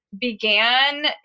began